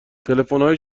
تلفنهای